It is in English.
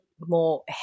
more